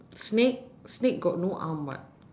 snake snake got no arm [what]